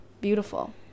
beautiful